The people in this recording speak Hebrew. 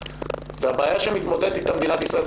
הבעיה שאיתה מתמודדת מדינת ישראל,